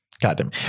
goddamn